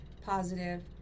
positive